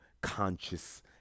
conscious